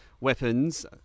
weapons